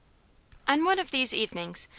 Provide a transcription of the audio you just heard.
on one of these evenings,